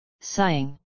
sighing